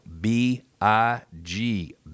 B-I-G